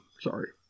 Sorry